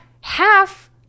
half